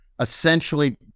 Essentially